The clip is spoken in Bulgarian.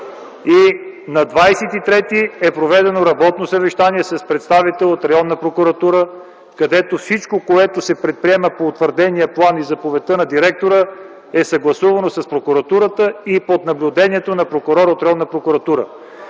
и на 23-и е проведено работно съвещание с представител от Районна прокуратура, където всичко, което се предприема по утвърдения план. Заповедта на директора, е съгласувана с Прокуратурата и под наблюдението на прокурор от Районна прокуратура.